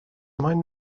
maen